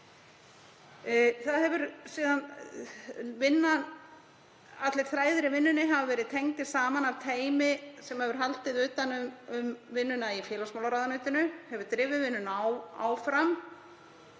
Allir þræðir í vinnunni hafa verið tengdir saman af teymi sem hefur haldið utan um vinnuna í félagsmálaráðuneytinu, hefur drifið vinnuna áfram